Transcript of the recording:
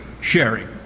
sharing